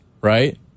right